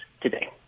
today